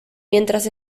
mientras